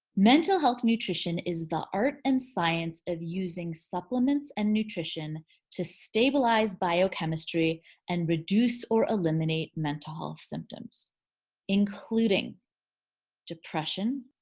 mental health nutrition is the art and science of using supplements and nutrition to stabilize biochemistry and reduce or eliminate mental health symptoms including depression,